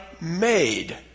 made